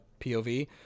POV